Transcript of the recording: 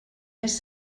més